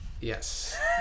yes